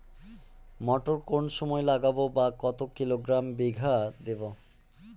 মটর কোন সময় লাগাবো বা কতো কিলোগ্রাম বিঘা দেবো?